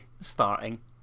starting